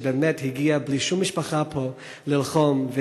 שבאמת הגיע בלי שום משפחה לפה ללחום,